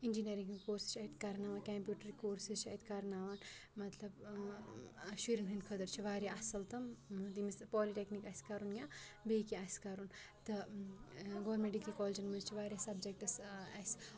engineering ہِنٛدۍ courses چھِ اَتہِ کَرناوان کمپیوٗٹرٕک کورسٕز چھِ اَتہِ کَرناوان مطلب شُرٮ۪ن ہِنٛدۍ خٲطرٕ چھِ واریاہ اَصٕل تہٕ مطلب یٔمِس نہٕ پالِٹٮ۪کنیٖک آسہِ کَرُن یا بیٚیہِ کینٛہہ آسہِ کَرُن تہٕ گورمینٛٹ ڈِگری کالجَن منٛز چھِ واریاہ سَبجَکٹٕس اَسہِ